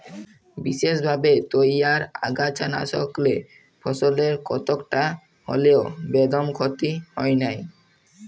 বিসেসভাবে তইয়ার আগাছানাসকলে ফসলের কতকটা হল্যেও বেদম ক্ষতি হয় নাই